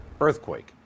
earthquake